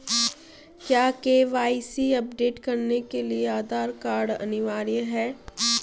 क्या KYC update करने के लिए आधार कार्ड अनिवार्य है?